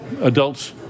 adults